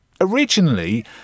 Originally